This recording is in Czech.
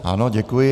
Ano, děkuji.